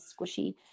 squishy